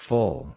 Full